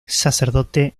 sacerdote